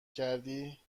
کردی